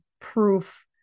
proof